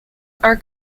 are